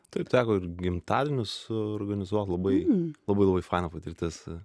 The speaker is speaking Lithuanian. taip teko ir gimtadienius suorganizuoti labai labai labai faina patirtis